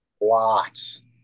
lots